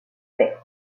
fait